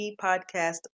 podcast